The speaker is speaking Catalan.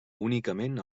únicament